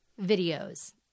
videos